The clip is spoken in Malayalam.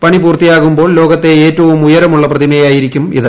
പണി പൂർത്തിയാകുമ്പോൾ ലോകത്തെ ഏറ്റവും ഉയരമുള്ള പ്രതിമയായിരിക്കും ഇത്